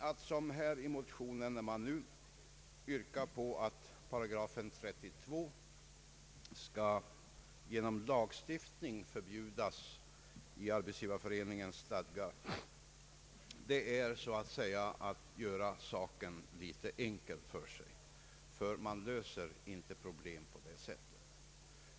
Att som här i motionen yrkas genom lagstiftning förbjuda § 32 i Arbetsgivareföreningens stadgar är emellertid att så att säga göra saken litet för enkel för sig, ty vi löser inte problemet på detta sätt.